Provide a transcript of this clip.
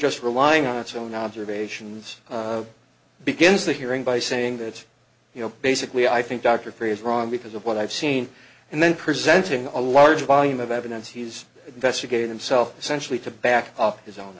just relying on its own observations begins the hearing by saying that you know basically i think dr perry is wrong because of what i've seen and then presenting a large volume of evidence he's investigated himself essentially to back up his own